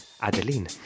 Adeline